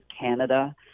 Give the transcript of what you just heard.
Canada